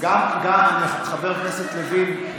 חבר כנסת לוין,